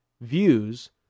views